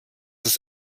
das